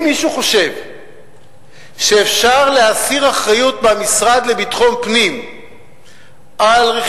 אם מישהו חושב שאפשר להסיר מהמשרד לביטחון פנים את האחריות